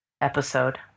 episode